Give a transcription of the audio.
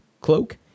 cloak